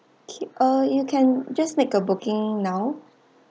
okay ah you can just make a booking now